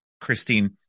Christine